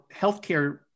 healthcare